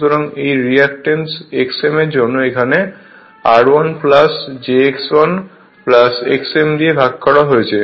সুতরাং এই reactance xm এর জন্য এখানে r1 jx1 xm দিয়ে ভাগ করা হয়েছে